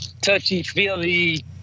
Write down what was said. touchy-feely